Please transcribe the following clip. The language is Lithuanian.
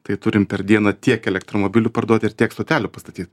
tai turim per dieną tiek elektromobilių parduoti ir tiek stotelių pastatyt